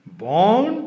born